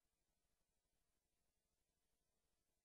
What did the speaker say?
את